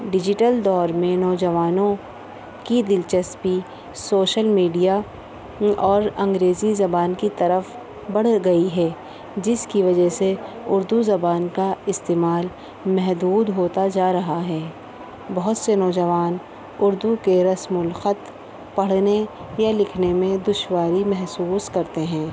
digital دور میں نوجوانوں کی دلچسپی سوشل میڈیا اور انگریزی زبان کی طرف بڑھ گئی ہے جس کی وجہ سے اردو زبان کا استعمال محدود ہوتا جا رہا ہے بہت سے نوجوان اردو کے رسم الخط پڑھنے یا لکھنے میں دشواری محسوس کرتے ہیں